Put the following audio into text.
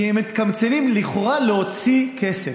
כי לכאורה הם מתקמצנים להוציא כסף,